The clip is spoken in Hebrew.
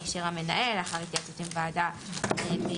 שאישר המנהל לאחר התייעצות עם ועדה מייעצת.